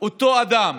אותו אדם